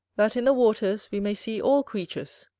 that in the waters we may see all creatures,